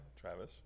Travis